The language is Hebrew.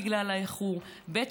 בגלל האיחור, ב.